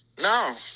No